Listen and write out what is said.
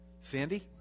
Sandy